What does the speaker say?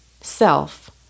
self